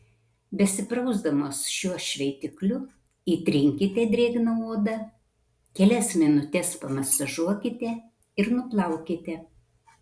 besiprausdamos šiuo šveitikliu įtrinkite drėgną odą kelias minutes pamasažuokite ir nuplaukite